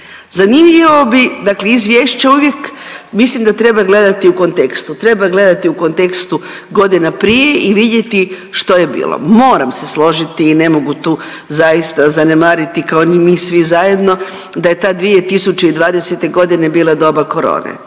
Zanimljivo bi dakle izvješće uvijek mislim da treba gledati u kontekstu, treba gledati u kontekstu godina prije i vidjeti što je bilo. Moram se složiti i ne mogu tu zaista zanemariti kao ni mi svi zajedno da je ta 2020.g. bila doba korone,